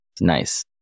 Nice